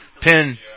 pin